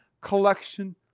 collection